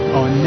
on